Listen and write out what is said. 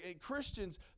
Christians